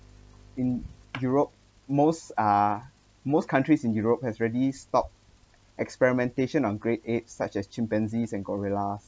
in europe most uh most countries in europe has ready stop experimentation on great apes such as chimpanzees and gorillas